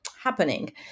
happening